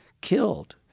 killed